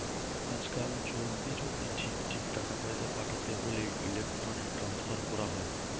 আজকাল জলদি জলদি ঠিক ঠিক টাকা পয়সা পাঠাতে হোলে ইলেক্ট্রনিক ট্রান্সফার কোরা হয়